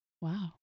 Wow